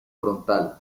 frontal